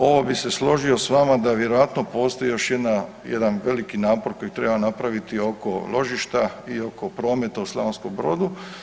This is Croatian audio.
Ovo bi se složio s vama da vjerojatno postoji još jedan veliki napor koji trebamo napraviti oko ložišta i oko prometa u Slavonskom Brodu.